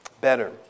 better